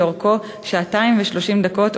שאורכה שעתיים ו-30 דקות,